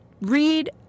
read